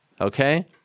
okay